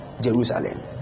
Jerusalem